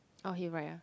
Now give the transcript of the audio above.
oh he write ah